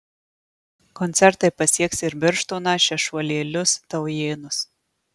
koncertai pasieks ir birštoną šešuolėlius taujėnus